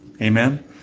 Amen